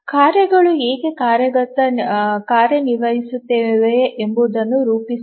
ಕಾರ್ಯಗಳು ಹೇಗೆ ಕಾರ್ಯನಿರ್ವಹಿಸುತ್ತವೆ ಎಂಬುದನ್ನು ರೂಪಿಸಲು